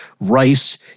rice